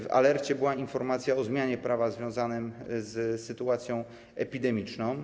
W alercie była informacja o zmianie prawa związanej z sytuacją epidemiczną.